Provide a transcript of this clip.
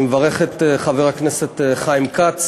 אני מברך את חבר הכנסת חיים כץ.